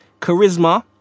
charisma